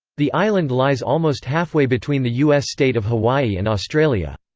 the island lies almost halfway between the u. s state of hawaii and australia.